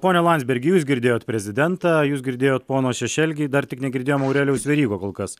pone landsbergi jūs girdėjot prezidentą jūs girdėjot pono šešelgį dar tik negirdėjom aurelijaus verygos kol kas